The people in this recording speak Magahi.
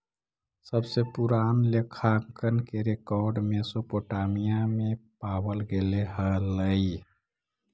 सबसे पूरान लेखांकन के रेकॉर्ड मेसोपोटामिया में पावल गेले हलइ